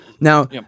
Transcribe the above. now